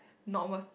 normal